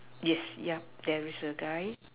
yes yeah there is a guy